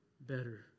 better